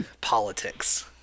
Politics